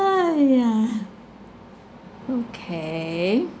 !aiya! okay